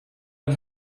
and